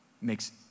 makes